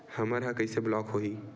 हमर ह कइसे ब्लॉक होही?